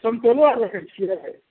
सन्तोलो आओर राखै छिए